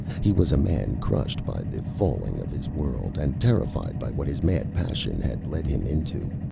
he was a man crushed by the falling of his world, and terrified by what his mad passion had led him into,